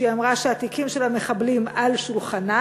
היא אמרה שהתיקים של המחבלים על שולחנה,